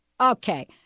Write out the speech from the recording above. Okay